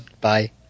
Bye